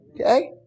Okay